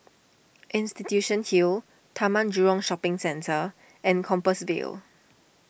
Institution Hill Taman Jurong Shopping Centre and Compassvale